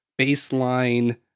baseline